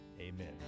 Amen